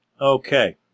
Okay